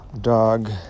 dog